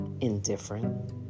indifferent